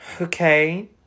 Okay